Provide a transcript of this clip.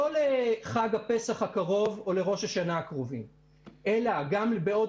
לא לחג הפסח או לראש השנה הקרובים אלא גם בעוד